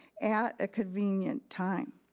at a convenient time.